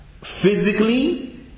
Physically